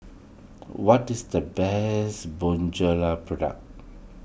what is the best Bonjela product